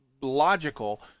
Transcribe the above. logical